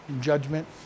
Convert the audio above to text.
Judgment